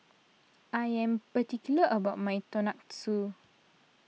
I am particular about my Tonkatsu